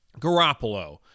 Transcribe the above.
Garoppolo